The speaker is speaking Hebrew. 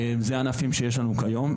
אלה הענפים שיש לנו כיום.